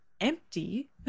empty